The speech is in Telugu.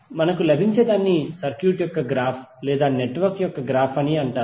మనకు లభించేదాన్ని సర్క్యూట్ యొక్క గ్రాఫ్ లేదా నెట్వర్క్ యొక్క గ్రాఫ్ అంటారు